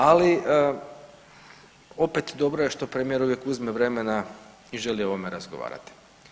Ali opet dobro je što premijer uzme vremena i želi o ovome razgovarati.